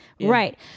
Right